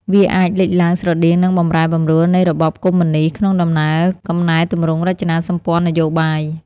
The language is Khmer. វាអាចលេចឡើងស្រដៀងនឹងបម្រែបម្រួលនៃរបបកុម្មុយនិស្ត ក្នុងដំណើរកំណែទម្រង់រចនាសម្ព័ន្ធនយោបាយ។